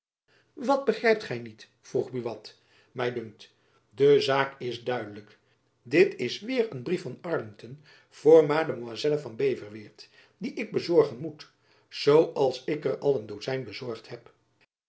wat begrijpt gy niet vroeg buat my dunkt de zaak is duidelijk dit is weêr een brief van arlington voor mademoiselle van beverweert dien ik bezorgen moet zoo als ik er al een dozijn bezorgd heb